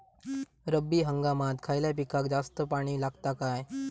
रब्बी हंगामात खयल्या पिकाक जास्त पाणी लागता काय?